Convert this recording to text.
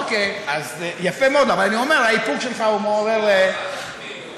אבל אני אומר, האיפוק שלך מעורר, אל תחמיא לו.